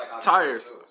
tires